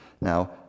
Now